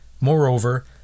Moreover